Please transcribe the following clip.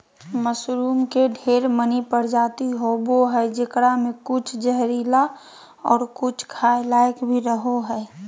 mushroom के ढेर मनी प्रजाति होवो हय जेकरा मे कुछ जहरीला और कुछ खाय लायक भी रहो हय